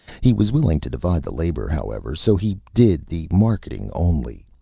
he was willing to divide the labor, however so he did the marketing. only,